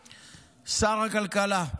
הכלכלה, שר הכלכלה,